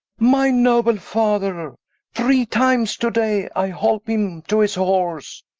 my noble father three times to day i holpe him to his horse,